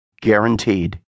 Guaranteed